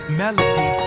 melody